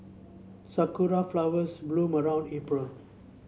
sakura flowers bloom around April